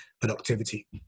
productivity